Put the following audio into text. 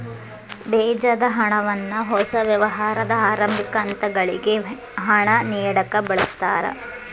ಬೇಜದ ಹಣವನ್ನ ಹೊಸ ವ್ಯವಹಾರದ ಆರಂಭಿಕ ಹಂತಗಳಿಗೆ ಹಣ ನೇಡಕ ಬಳಸ್ತಾರ